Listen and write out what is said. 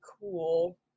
cool